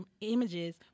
images